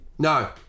No